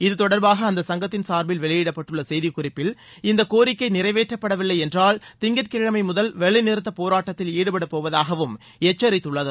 இதுதொடர்பாக அந்த சங்கத்தின் சார்பில் வெளியிடப்பட்டுள்ள செய்திக்குறிப்பில் கோரிக்கை நிறைவேற்றப்படவில்லை என்றால் இந்த திங்கட்கிழமை முதல் வேலைநிறுத்தப்போராட்டத்தில் ஈடுபட போவதாகவும் எச்சரித்துள்ளது